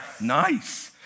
Nice